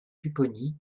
pupponi